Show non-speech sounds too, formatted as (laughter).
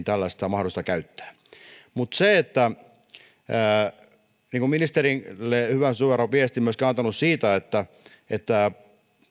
(unintelligible) tällaista mahdollisuutta käyttää mutta niin kuin ministerille hyvän suoran viestin myöskin olen antanut siitä että että